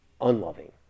unloving